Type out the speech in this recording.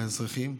האזרחיים,